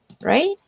right